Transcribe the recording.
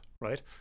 right